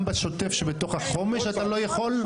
גם בשוטף שבתוך החומש אתה לא יכול?